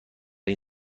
این